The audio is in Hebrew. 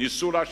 ניסו להשמידו.